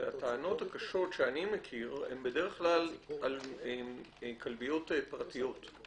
והטענות הקשות שאני מכיר הן בדרך כלל על כלביות פרטיות.